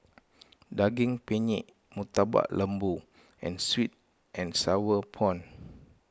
Daging Penyet Murtabak Lembu and Sweet and Sour Prawn